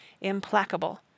implacable